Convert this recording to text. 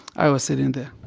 i was sitting there